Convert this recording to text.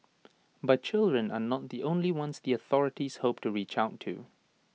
but children are not the only ones the authorities hope to reach out to